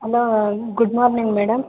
hello good morning madam